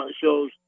shows